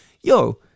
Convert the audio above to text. Yo